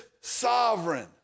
sovereign